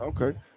okay